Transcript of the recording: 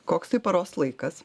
koks tai paros laikas